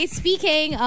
speaking